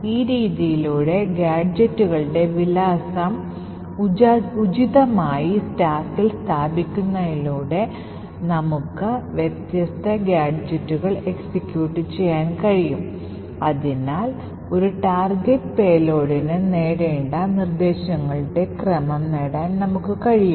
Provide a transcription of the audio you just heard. ഈ രീതിയൽ ഗാഡ്ജെറ്റുകളുടെ വിലാസം ഉചിതമായി സ്റ്റാക്കിൽ സ്ഥാപിക്കുന്നതിലൂടെ നമുക്ക് വ്യത്യസ്ത ഗാഡ്ജെറ്റുകൾ എക്സിക്യൂട്ട് ചെയ്യാൻ കഴിയും അതിനാൽ ഒരു ടാർഗെറ്റ് പേലോഡിന് നേടേണ്ട നിർദ്ദേശങ്ങളുടെ ക്രമം നേടാൻ നമുക്ക് കഴിയും